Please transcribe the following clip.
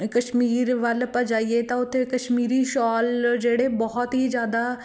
ਕਸ਼ਮੀਰ ਵੱਲ ਆਪਾਂ ਜਾਈਏ ਤਾਂ ਉੱਥੇ ਕਸ਼ਮੀਰੀ ਸ਼ੋਲ ਜਿਹੜੇ ਬਹੁਤ ਹੀ ਜ਼ਿਆਦਾ